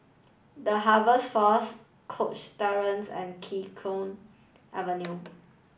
The Harvest Force Cox Terrace and Kee Choe Avenue